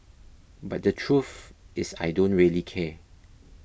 but the truth is I don't really care